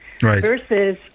versus